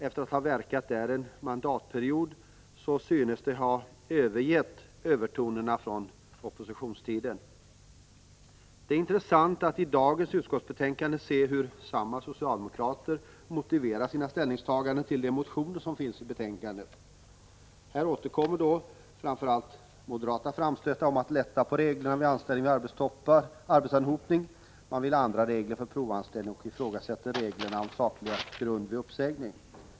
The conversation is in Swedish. Efter att ha verkat där en mandatperiod synes de ha övergett övertonerna från oppositionstiden. Det är intressant att i dagens utskottsbetänkande se hur samma socialdemokrater motiverar sina ställningstaganden till de motioner som behandlas i betänkandet. Här återkommer framför allt moderata framstötar om att lätta på reglerna för anställning vid arbetsanhopning; man vill också ha andra regler vid provanställning och ifrågasätter reglerna om saklig grund vid uppsägning.